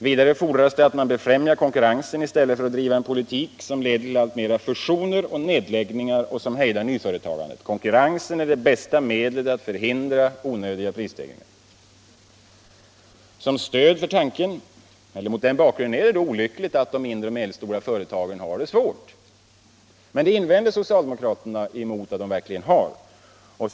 Vidare fordras det att man befrämjar konkurrensen i stället för att driva en politik som leder till alltmer av fusioner och nedläggningar som hejdar nyföretagandet. Konkurrensen är det bästa medlet att förhindra onödiga prisstegringar. Mot den bakgrunden är det olyckligt att de mindre och medelstora företagen har det så svårt. Men socialdemokraterna invänder mot tanken att de verkligen har det svårt.